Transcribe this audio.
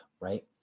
right